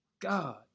God